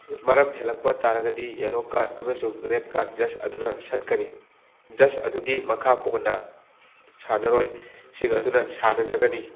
ꯃꯔꯝ ꯍꯦꯜꯂꯛꯄ ꯇꯥꯔꯒꯗꯤ ꯌꯦꯂꯣ ꯀꯥꯔꯠ ꯑꯃꯁꯨꯡ ꯔꯦꯠ ꯀꯥꯔꯠ ꯖꯁ ꯑꯗꯨꯅ ꯁꯠꯀꯅꯤ ꯖꯁ ꯑꯗꯨꯒꯤ ꯃꯈꯥ ꯄꯣꯟꯅ ꯁꯥꯟꯅꯔꯣꯏꯁꯤꯡ ꯑꯗꯨꯅ ꯁꯥꯟꯅꯖꯒꯅꯤ